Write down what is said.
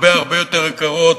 שהן הרבה הרבה יותר יקרות,